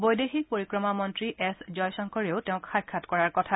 বৈদেশিক পৰিক্ৰমা মন্ত্ৰী এছ জয় শংকৰেও তেওঁক সাক্ষাৎ কৰাৰ কথা